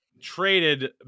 traded